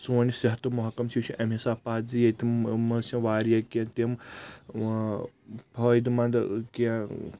سون یہِ صحتُک محکُم چھُ یہِ چھُ امہِ حسابہٕ پتھ زِ منٛز چھِ واریاہ کینٛہہ تِم اۭ فٲیِدٕ منٛد کینٛہہ